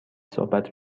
صحبت